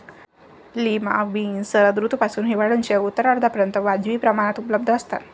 lima beans शरद ऋतूपासून हिवाळ्याच्या उत्तरार्धापर्यंत वाजवी प्रमाणात उपलब्ध असतात